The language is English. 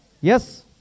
Yes